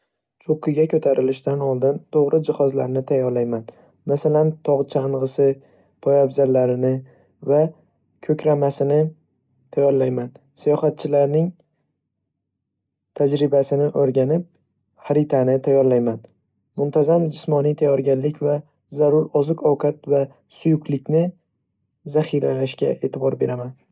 Cho'qqiga ko'tarilishdan oldin to'g'ri jihozlarni tayyorlayman, masalan, tog' chang'isi poyabzallarini va ko'kramasini tayyorlayman. Sayohatchilarning tajribasini o‘rganib, xaritani tayyorlayman. Muntazam jismoniy tayyorgarlik va zarur oziq-ovqat va suyuqlikni zaxiralashga e'tibor beraman.